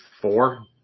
Four